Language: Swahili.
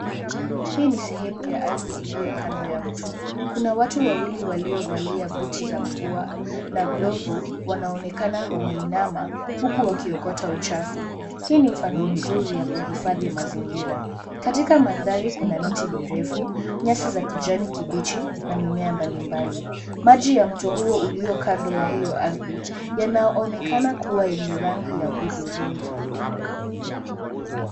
Hii ni sehemu ya ardhi iliyokaribu na mto. Kuna watu wawili waliovalia buti za mvua na glovu wanaonekana wameinama huku wakiokota uchafu. Hii ni mfano mzuri ya kuhifadhi mazingira. Katika mandhari kuna miti mirefu, nyasi za kijani kibichi na mimea mbalimbali. Maji ya mto huo ulio kando ya hiyo ardhi yanaonekana kuwa yenye rangi ya hudhurungi.